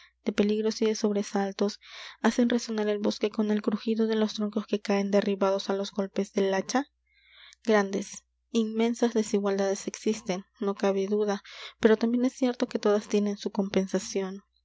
de peligros y de sobresaltos hacen resonar el bosque con el crujido de los troncos que caen derribados á los golpes del hacha grandes inmensas desigualdades existen no cabe duda pero también es cierto que todas tienen su compensación